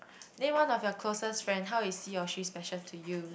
name one of your closest friend how is he or she special to you